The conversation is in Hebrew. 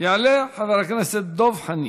יעלה חבר הכנסת דב חנין.